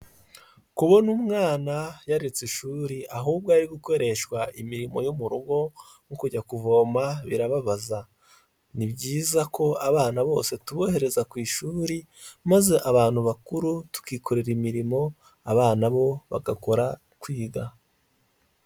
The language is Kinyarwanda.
Kubona umwana yaretse ishuri ahubwo ari gukoreshwa imirimo yo mu rugo, nko kujya kuvoma birababaza, ni byiza ko abana bose tubohereza ku ishuri, maze abantu bakuru tukikorera imirimo, abana bo bagakora kwiga.